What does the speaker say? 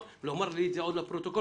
להשאיר את זה היום פתוח,